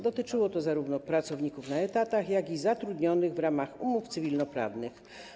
Dotyczyło to zarówno pracowników na etatach, jak i zatrudnionych w ramach umów cywilnoprawnych.